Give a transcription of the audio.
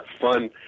fun